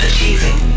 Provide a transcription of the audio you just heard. Achieving